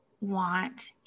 want